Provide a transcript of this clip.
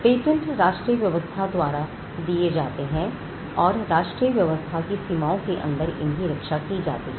patent राष्ट्रीय व्यवस्था द्वारा दिए जाते हैं और राष्ट्रीय व्यवस्था की सीमाओं के अंदर इनकी रक्षा की जाती है